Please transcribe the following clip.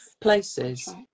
places